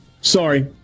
Sorry